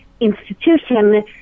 institution